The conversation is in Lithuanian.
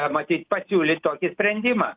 matyt pasiūlė tokį sprendimą